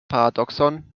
paradoxon